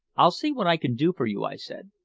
i'll see what i can do for you, i said.